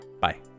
Bye